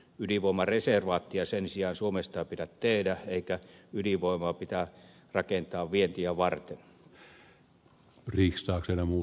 ydinvoimareservaattia sen sijaan suomesta ei pidä tehdä eikä ydinvoimaa pidä rakentaa vientiä varten